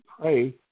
pray